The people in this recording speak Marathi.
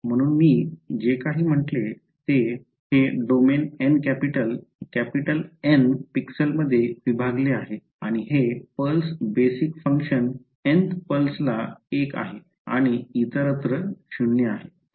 म्हणून मी जे काही म्हटले ते हे डोमेन एन कॅपिटल एन पिक्सल्समध्ये विभागले आहे आणि हे पल्स बेसिक फंक्शन nth पल्सला १ आहे आणि इतर सर्वत्र 0 आहे